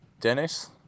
Dennis